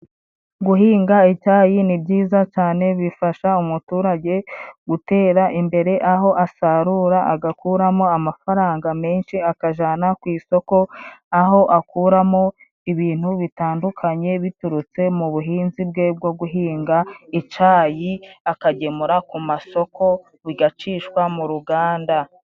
Guhinga icyayi ni byiza cyane，bifasha umuturage gutera imbere， aho asarura agakuramo amafaranga menshi，akajana ku isoko， aho akuramo ibintu bitandukanye biturutse mu buhinzi bwe bwo guhinga icayi，akagemura ku masoko bigacishwa mu ruganda.